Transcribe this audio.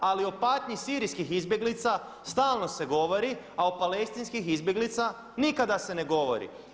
Ali o patnji Sirijskih izbjeglica stalno se govori, a o palestinskih izbjeglica nikada se ne govori.